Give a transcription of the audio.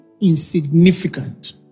insignificant